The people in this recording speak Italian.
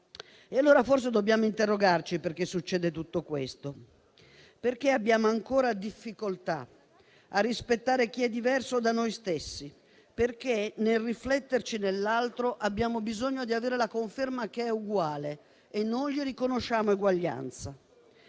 allora dobbiamo interrogarci sul perché succede tutto questo e sul perché abbiamo ancora difficoltà a rispettare chi è diverso da noi stessi, perché, nel rifletterci nell'altro, abbiamo bisogno di avere la conferma che è uguale e non gli riconosciamo eguaglianza.